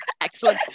Excellent